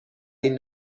این